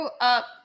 up